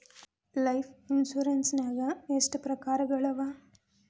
Life insurance ನ್ಯಾಗ ಎಷ್ಟ್ ಪ್ರಕಾರ್ಗಳವ?